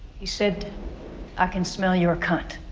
he said i can smell your cunt.